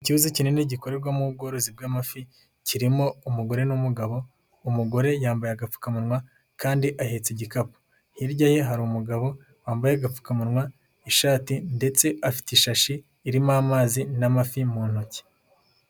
Icyuzi kinini gikorerwamo bworozi bw'amafi kirimo umugore n'umugabo, umugore yambaye agapfukamunwa kandi ahetse igikapu, hirya ye hari umugabo wambaye agapfukamunwa ishati ndetse afite ishashi irimo amazi n'amafi mu ntoki.